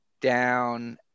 down